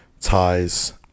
ties